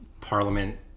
parliament